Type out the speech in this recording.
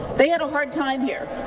they had a hard time here.